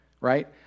right